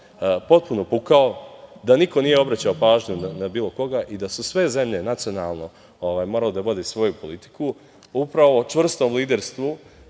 potpuno pukao, da niko nije obraćao pažnju na bilo koga i da su sve zemlje nacionalno morale da vode svoju politiku. Upravo čvrstom liderstvu